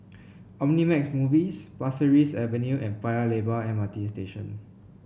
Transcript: Omnimax Movies Pasir Ris Avenue and Paya Lebar M R T Station